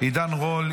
עידן רול,